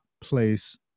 place